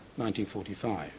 1945